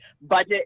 budget